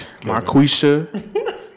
Marquisha